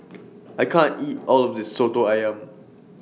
I can't eat All of This Soto Ayam